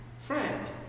Friend